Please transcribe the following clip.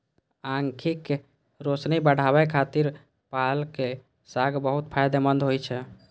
आंखिक रोशनी बढ़ाबै खातिर पालक साग बहुत फायदेमंद होइ छै